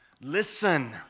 listen